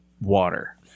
water